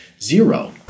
zero